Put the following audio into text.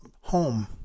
home